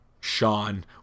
Sean